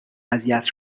اذیت